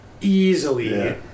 easily